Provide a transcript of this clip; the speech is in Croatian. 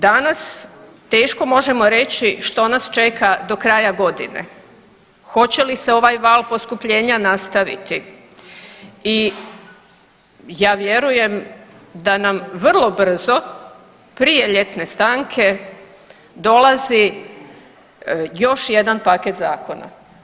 Danas teško možemo reći što nas čeka do kraja godine, hoće li se ovaj val poskupljenja nastaviti i ja vjerujem da nam vrlo brzo prije ljetne stanke dolazi još jedan paket zakona.